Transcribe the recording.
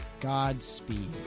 Godspeed